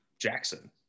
Jackson